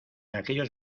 aquellos